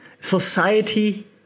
society